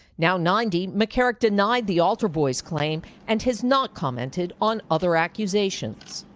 now ninety, mccarrick denied the altar boy's claim and has not commented on other accusations.